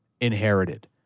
inherited